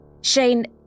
Shane